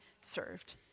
served